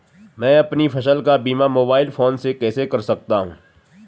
मैं अपनी फसल का बीमा मोबाइल फोन से कैसे कर सकता हूँ?